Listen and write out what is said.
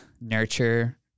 nurture